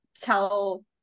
tell